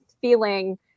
feeling